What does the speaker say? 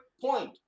point